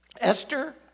Esther